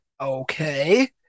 okay